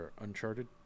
Uncharted